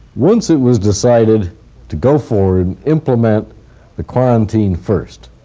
once it was decided to go forward and implement the quarantine first,